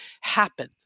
happen